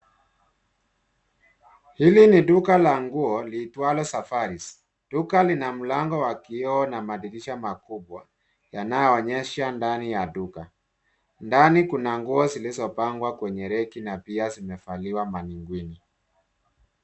Hili ni duka la nguo liitwalo Safaris. Duka lina mlango wa kioo na madirisha makubwa yanayoonyesha ndani ya duka. Ndani kuna nguo zilizopangwa kwenye reki na pia zimevaliwa mannequin .